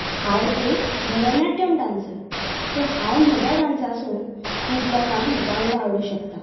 हांव एक भरतनाट्ट्यम डान्सर सो हांव म्हज्या डान्सा सून खूब लोकांक वांगडा हाडूंक शकता